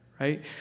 right